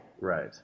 Right